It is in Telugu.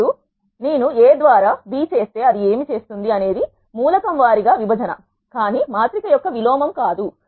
ఇప్పుడు నేను A ద్వారా B చేస్తే అది ఏమి చేస్తుంది అనేది మూలకం వారీగా విభజన కానీ మాత్రిక యొక్క విలోమం కాదు